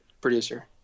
Producer